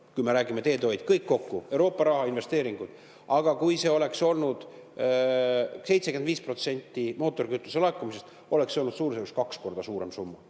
kui me räägime teedehoid kõik kokku, on Euroopa raha ja investeeringud, aga kui seal oleks olnud ka 75% mootorikütuse aktsiisi laekumisest, oleks see olnud suurusjärgus kaks korda suurem summa.